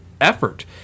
effort